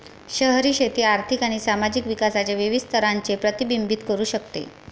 शहरी शेती आर्थिक आणि सामाजिक विकासाच्या विविध स्तरांचे प्रतिबिंबित करू शकते